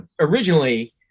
originally